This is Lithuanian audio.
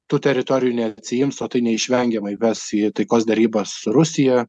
tų teritorijų neatsiims o tai neišvengiamai ves į taikos derybas su rusija